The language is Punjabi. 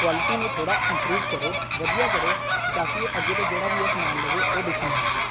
ਕੁਆਲਿਟੀ ਨੂੰ ਥੋੜ੍ਹਾ ਇਮਪਰੂਵ ਕਰੋ ਵਧੀਆ ਕਰੋ ਤਾਂ ਕਿ ਅੱਗੇ ਤੋਂ ਜਿਹੜਾ ਵੀ ਇਹ ਸਮਾਨ ਲਵੇ ਉਹ ਦੁਖੀ ਨਾ ਹੋਵੇ